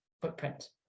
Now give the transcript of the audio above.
footprint